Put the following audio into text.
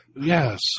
Yes